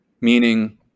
Meaning